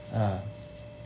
ah